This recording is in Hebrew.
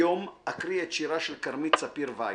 היום אקריא את שירה של כרמית ספיר ויץ.